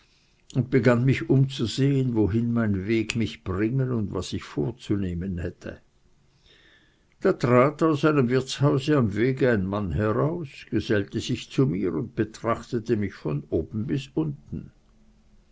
und begann mich umzusehen wohin mein weg mich bringen und was ich vorzunehmen hätte da trat aus einem wirtshause am wege ein mann heraus gesellte sich zu mir und betrachtete mich von oben bis unten